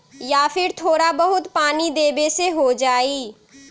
या फिर थोड़ा बहुत पानी देबे से हो जाइ?